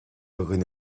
dhuine